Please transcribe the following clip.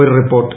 ഒരു റിപ്പോർട്ട്